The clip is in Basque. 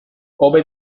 hobe